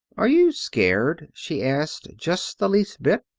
are you scared, she asked just the least bit?